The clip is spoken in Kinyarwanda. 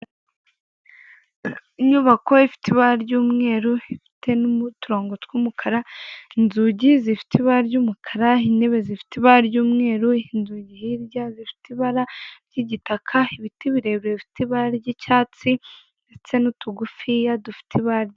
Inyubako ifite ibara ry'umweru, ifite n'uturongo tw'umukara, inzugi zifite ibara ry'umukara intebe zifite ibara ry'umweru, inzugi hirya zifite ibara ry'igitaka, ibiti birebire bifite ibara ry'icyatsi, ndetse n'utugufiya dufite ibara.